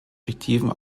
fiktiven